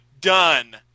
done